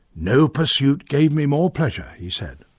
no pursuit gave me more pleasure he said.